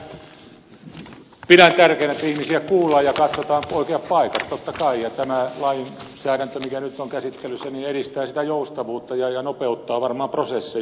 minä pidän tärkeänä että ihmisiä kuullaan ja katsotaan oikeat paikat totta kai ja tämä lainsäädäntö mikä nyt on käsittelyssä edistää joustavuutta ja nopeuttaa varmaan prosesseja